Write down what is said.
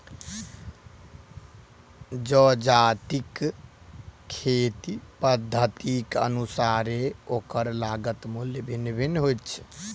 जजातिक खेती पद्धतिक अनुसारेँ ओकर लागत मूल्य भिन्न भिन्न होइत छै